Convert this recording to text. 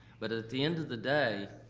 but at the end of the day,